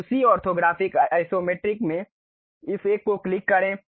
अब उसी orthographic isometric में इस एक को क्लिक करें